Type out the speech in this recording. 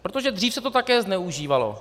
Protože dřív se to také zneužívalo.